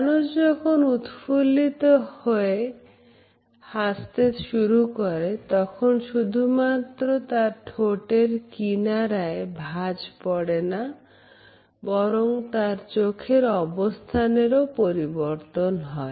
মানুষ যখন উৎফুল্লিত হয়ে হাসে তখন শুধুমাত্র তার ঠোঁটের কিনারা ভাঁজ পড়ে না বরং তার চোখের অবস্থানের পরিবর্তন হয়